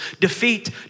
defeat